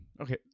Okay